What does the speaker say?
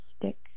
stick